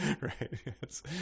Right